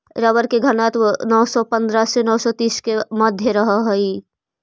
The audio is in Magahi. रबर के घनत्व नौ सौ पंद्रह से नौ सौ तीस के मध्य रहऽ हई